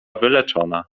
wyleczona